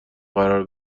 قرار